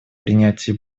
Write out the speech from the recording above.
принятии